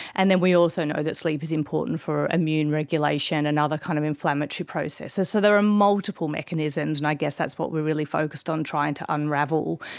and then we also know that sleep is important for immune regulation and other kind of inflammatory processes. so there are multiple mechanisms, and i guess that's what we are really focused on trying to unravel,